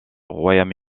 royaume